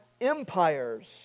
empires